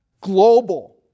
global